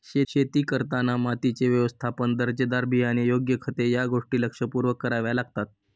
शेती करताना मातीचे व्यवस्थापन, दर्जेदार बियाणे, योग्य खते या गोष्टी लक्षपूर्वक कराव्या लागतात